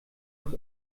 noch